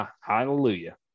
hallelujah